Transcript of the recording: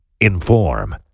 Inform